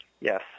yes